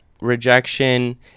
rejection